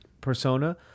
persona